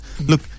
Look